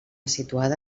situada